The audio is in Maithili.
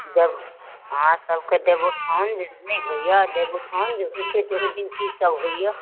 देव अहाँसभके देवउठाउन जे नहि होइए देवउठाउन जे होइ छै तऽ ओहि दिन कीसभ होइए